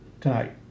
tonight